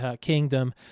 kingdom